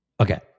Okay